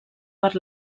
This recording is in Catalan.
per